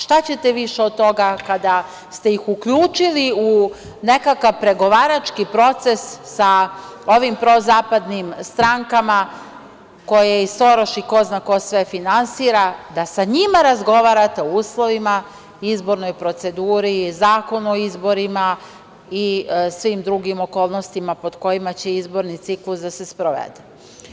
Šta ćete više od toga kada ste ih uključili u nekakav pregovarački proces sa ovim prozapadnim strankama koje i Soroš i ko zna sve finansira, da sa njima razgovarate o uslovima i izbornoj proceduri, Zakonu o izborima i svim drugim okolnostima pod kojima će izborni ciklus da se sprovede.